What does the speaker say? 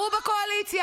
מה לך ולעובדות?